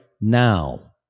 now